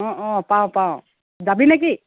অঁ অঁ পাওঁ পাওঁ যাবিনে কি